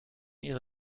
ihre